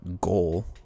goal